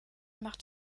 macht